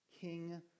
king